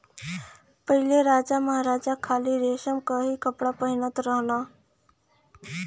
पहिले राजामहाराजा खाली रेशम के ही कपड़ा पहिनत रहे